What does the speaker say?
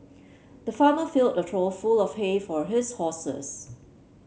the farmer filled a trough full of hay for his horses